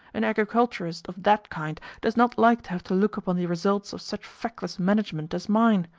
an agriculturist of that kind does not like to have to look upon the results of such feckless management as mine.